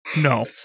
No